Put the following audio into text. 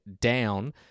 down